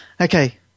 Okay